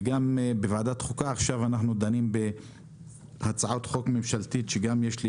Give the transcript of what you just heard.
וגם בוועדת חוקה אנחנו דנים עכשיו בהצעת חוק ממשלתית שגם יש לי